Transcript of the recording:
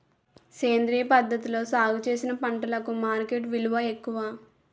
సేంద్రియ పద్ధతిలో సాగు చేసిన పంటలకు మార్కెట్ విలువ ఎక్కువ